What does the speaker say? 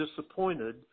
disappointed